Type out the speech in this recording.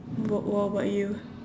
what what about you